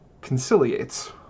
conciliates